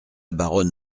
baronne